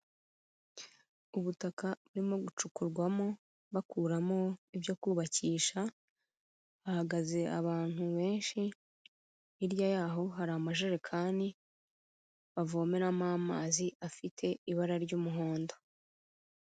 Ubutaka burimo gucukurwamo bakuramo ibyo kubakisha, hahagaze abantu benshi, hirya y'aho hari amajerekani bavomeramo amazi afite ibara ry'umuhondo.